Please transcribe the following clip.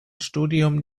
studium